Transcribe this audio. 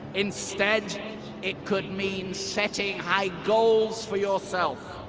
instead it could mean setting high goals for yourself.